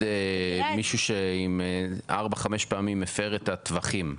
מישהו שאם 4-5 פעמים הפר את הטווחים או,